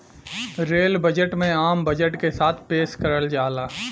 rail budget में आम budget के साथ पेश करल जाला